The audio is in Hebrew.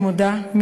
אני מודה,